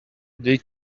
they